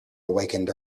awakened